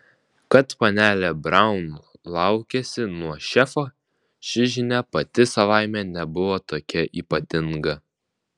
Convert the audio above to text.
kad panelė braun laukiasi nuo šefo ši žinia pati savaime nebuvo tokia ypatinga